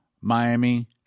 Miami